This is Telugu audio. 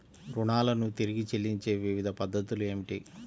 రుణాలను తిరిగి చెల్లించే వివిధ పద్ధతులు ఏమిటి?